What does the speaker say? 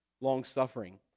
long-suffering